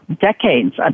decades